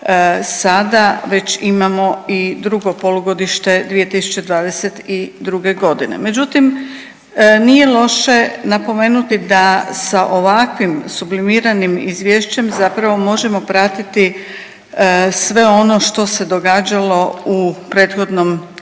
sada već imamo i drugo polugodište 2022.g. Međutim, nije loše napomenuti da sa ovakvim sublimiranim izvješćem zapravo možemo pratiti sve ono što se događalo u prethodnom periodu